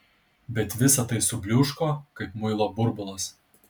bet visa tai subliūško kaip muilo burbulas